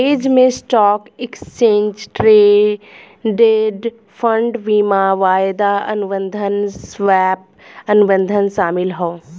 hedge में stock, exchange traded fund, बीमा, वायदा अनुबंध, स्वैप, अनुबंध शामिल हौ